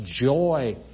joy